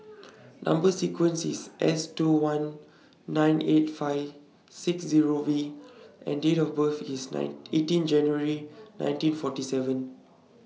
Number sequence IS S two one nine eight five six Zero V and Date of birth IS nine eighteen January nineteen forty seven